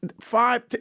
five